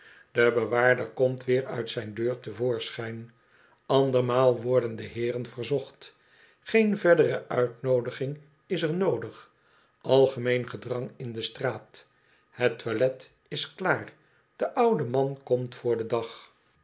de bewaarder komt weer uit zijn deur te voorschijn andermaal worden de heeron verzocht geen verdere uitnoodiging is er noodig algemeen gedrang in de straat het toilet is klaar de oude man komt voor den dag